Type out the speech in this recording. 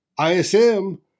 ISM